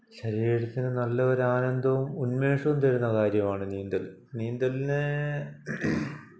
ശരീരത്തിന് നല്ലൊരു ആനന്ദവും ഉന്മേഷവും തരുന്ന കാര്യമാണ് നീന്തൽ നീന്തലിന്